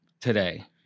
today